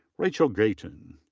rachael gayton.